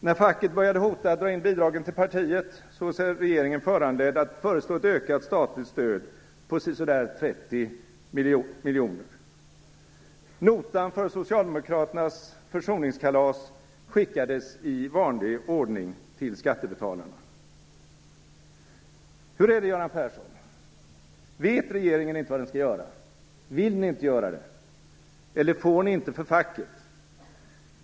När facket började hota att dra in bidragen till partiet såg sig regeringen föranledd att föreslå ett ökat statligt stöd på sisådär 30 miljoner. Notan för socialdemokraternas försoningskalas skickades i vanlig ordning till skattebetalarna. Hur är det, Göran Persson? Vet regeringen inte vad den skall göra? Vill ni inte göra det? Eller får ni inte för facket?